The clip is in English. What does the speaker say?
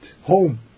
Home